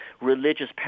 religious